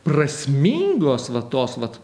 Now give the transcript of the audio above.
prasmingos va tos vat